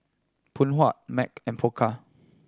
Phoon Huat Mac and Pokka